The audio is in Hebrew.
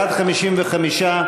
בעד, 55,